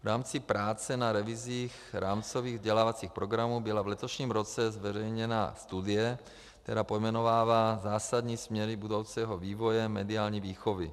V rámci práce na revizích rámcových vzdělávacích programů byla v letošním roce zveřejněna studie, která pojmenovává zásadní směry budoucího vývoje mediální výchovy.